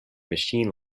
machine